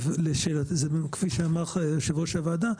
כפי שאמר יושב-ראש הוועדה,